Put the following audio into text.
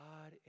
God